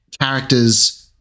characters